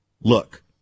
look